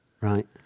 Right